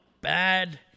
bad